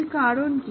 এর কারণ কি